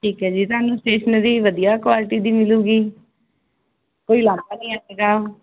ਠੀਕ ਹੈ ਜੀ ਤੁਹਾਨੂੰ ਸਟੇਸ਼ਨਰੀ ਵਧੀਆ ਕੁਆਲਿਟੀ ਦੀ ਮਿਲੂਗੀ ਕੋਈ ਲਾਂਭਾ ਨੀ ਆਏਗਾ